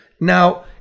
Now